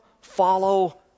follow